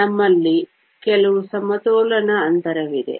ನಮ್ಮಲ್ಲಿ ಕೆಲವು ಸಮತೋಲನ ಅಂತರವಿದೆ